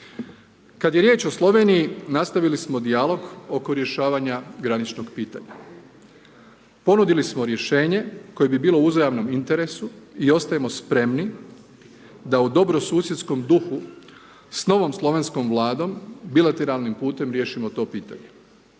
Kad je riječ o Sloveniji, nastavili smo dijalog oko rješavanja graničnog pitanja. Ponudili smo rješenje koje bilo u uzajamnom interesu i ostajemo spremni da u dobrosusjedskom duhu s novom slovenskom Vladom bilateralnim putem riješimo to pitanje.